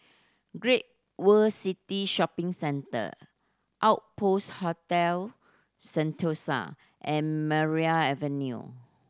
Great World City Shopping Centre Outpost Hotel Sentosa and Maria Avenue